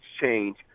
change